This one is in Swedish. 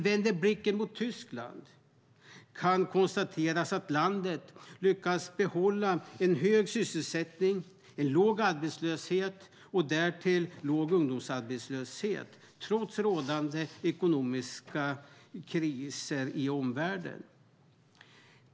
Vänder vi blicken mot Tyskland kan det konstateras att landet har lyckats behålla en hög sysselsättning och en låg arbetslöshet, och därtill en låg ungdomsarbetslöshet, trots rådande ekonomiska kris i omvärlden.